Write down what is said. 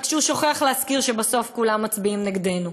רק שהוא שוכח להזכיר שבסוף כולם מצביעים נגדנו.